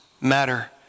matter